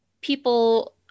people